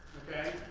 okay?